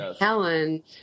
Helen